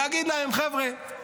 להגיד להם: חבר'ה,